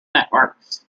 networks